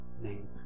name